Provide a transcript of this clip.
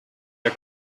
der